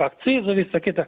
akcizų visa kita